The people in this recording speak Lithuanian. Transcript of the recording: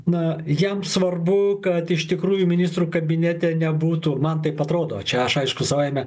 na jam svarbu kad iš tikrųjų ministrų kabinete nebūtų man taip atrodo čia aš aišku savaime